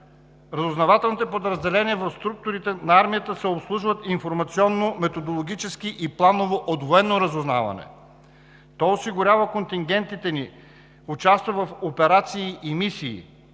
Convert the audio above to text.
Разузнавателните подразделения в структурите на Армията се обслужват информационно, методологически и планово от Служба „Военно разузнаване“. То осигурява контингентите ни, участва в операции и мисии,